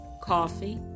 coffee